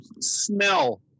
smell